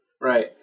Right